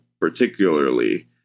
particularly